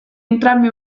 entrambi